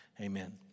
Amen